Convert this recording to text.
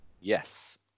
Yes